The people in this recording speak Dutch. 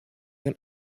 een